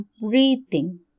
breathing